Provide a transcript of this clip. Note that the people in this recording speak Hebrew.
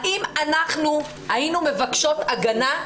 האם אנחנו היינו מבקשות הגנה?